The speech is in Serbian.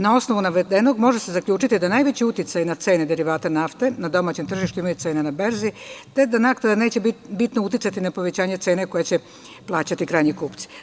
Na osnovu navedenog, može se zaključiti da najveći uticaj na cene derivata nafte na domaćem tržištu imaju cene na berzi, te da naknada neće bitno uticati na povećanje cene koju će plaćati krajnji kupci.